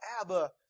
Abba